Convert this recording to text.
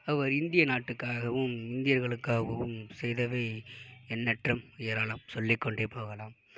அவர் இந்திய நாட்டுக்காகவும் இந்தியர்களுக்காகவும் செய்தவை எண்ணற்றவை ஏராளம் சொல்லி கொண்டே போகலாம்